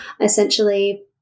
essentially